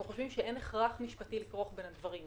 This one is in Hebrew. אנחנו חושבים שאין הכרח משפטי לכרוך בין הדברים.